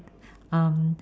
um